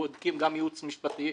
בודקים גם ייעוץ משפטי,